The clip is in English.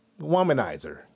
womanizer